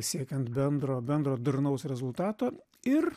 siekiant bendro bendro darnaus rezultato ir